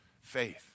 faith